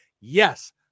Yes